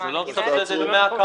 אבל זה לא מסבסד את דמי ההקמה.